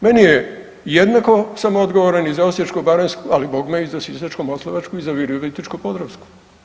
Meni je jednako samoodgovoran i za Osječko-baranjsku, ali bogme i za Sisačko-moslavačku i za Virovitičko-podravsku.